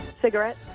Cigarette